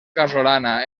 casolana